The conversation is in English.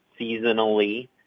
seasonally